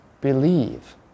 believe